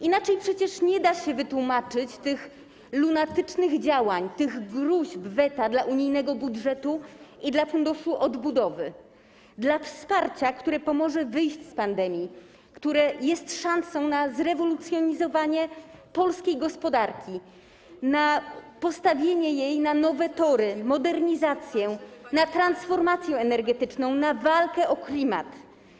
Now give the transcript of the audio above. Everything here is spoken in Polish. Inaczej przecież nie da się wytłumaczyć tych lunatycznych działań, tych gróźb, weta dla unijnego budżetu i dla Funduszu Odbudowy, dla wsparcia, które pomoże wyjść z pandemii, które jest szansą na zrewolucjonizowanie polskiej gospodarki, na postawienie jej na nowe tory, na modernizację, na transformację energetyczną, na walkę o klimat.